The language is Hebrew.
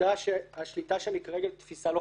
העובדה שהשליטה שם היא כרגע נקראת תפיסה לוחמתית.